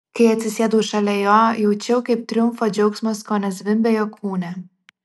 kai atsisėdau šalia jo jaučiau kaip triumfo džiaugsmas kone zvimbia jo kūne